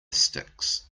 sticks